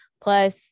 Plus